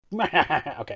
Okay